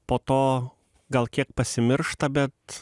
po to gal kiek pasimiršta bet